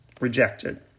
rejected